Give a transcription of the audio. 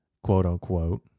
quote-unquote